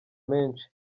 menshi